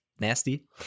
nasty